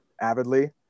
avidly